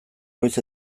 goiz